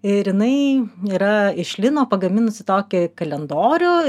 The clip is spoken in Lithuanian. ir jinai yra iš lino pagaminusi tokį kalendorių